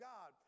God